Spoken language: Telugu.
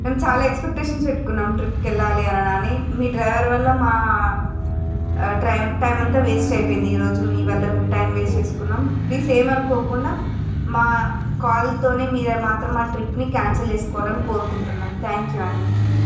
మేము చాలా ఎక్స్పేటేషన్స్ పెట్టుకున్నాం ట్రిప్కి వెళ్లాలని అని మీ డ్రైవర్ వల్ల మా టైమ్ అంతా వేస్ట్ అయిపోయింది ఈరోజు మీ వల్ల మీ టైం వేస్ట్ చేసుకున్నాం ప్లీజ్ ఏమనుకోకుండా మా కాల్తో మీరే మాకు ట్రిప్ని మేం క్యాన్సిల్ చేసుకోవాలని కోరుకుంటున్నాం థ్యాంక్ యూ అండి